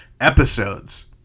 Episodes